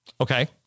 Okay